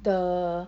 the